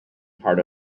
part